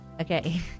Okay